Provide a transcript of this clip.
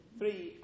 three